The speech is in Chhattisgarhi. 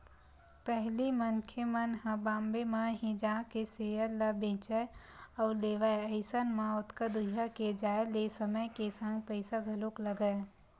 पहिली मनखे मन ह बॉम्बे म ही जाके सेयर ल बेंचय अउ लेवय अइसन म ओतका दूरिहा के जाय ले समय के संग पइसा घलोक लगय